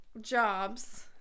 jobs